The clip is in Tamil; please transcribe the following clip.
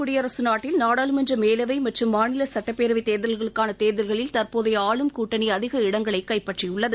குடியரசு நாட்டில் நாடாளுமன்ற மேலவை மற்றும் மாநில சுட்டப்பேரவைத் தேர்தல்களுக்கான தேர்தல்களில் தற்போதைய ஆளும் கூட்டணி அதிக இடங்களைக் கைப்பற்றியுள்ளது